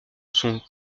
sont